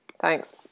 Thanks